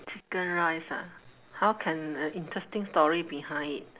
chicken rice ah how can an interesting story behind it